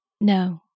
No